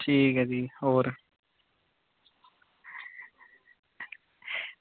ठीक ऐ जी होर